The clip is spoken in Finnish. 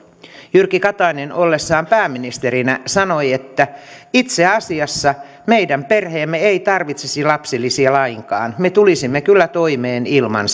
jyrki katainen ollessaan pääministerinä sanoi että itse asiassa meidän perheemme ei tarvitsisi lapsilisiä lainkaan me tulisimme kyllä toimeen ilman